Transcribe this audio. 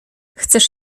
chcesz